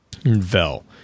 Vel